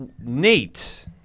Nate –